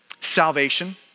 Salvation